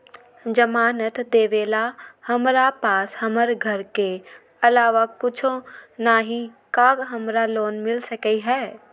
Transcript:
जमानत देवेला हमरा पास हमर घर के अलावा कुछो न ही का हमरा लोन मिल सकई ह?